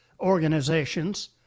organizations